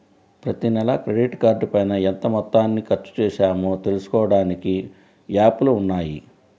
ప్రతినెలా క్రెడిట్ కార్డుపైన ఎంత మొత్తాన్ని ఖర్చుచేశామో తెలుసుకోడానికి యాప్లు ఉన్నయ్యి